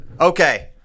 Okay